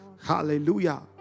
Hallelujah